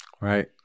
right